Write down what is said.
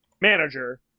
manager